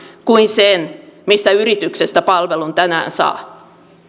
kuin sen mistä yrityksestä palvelun tänään saa